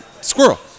squirrel